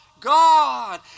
God